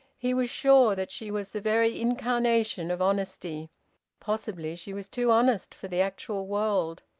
he was sure that she was the very incarnation of honesty possibly she was too honest for the actual world.